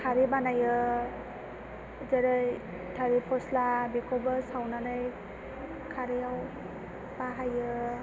खारै बानायो जेरै थालेर फस्ला बेखौबो सावनानै खारैयाव बाहायो